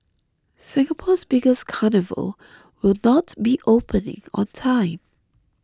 Singapore's biggest carnival will not be opening on time